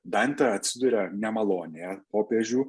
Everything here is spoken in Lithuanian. dantė atsiduria nemalonėje popiežių